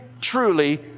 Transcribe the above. truly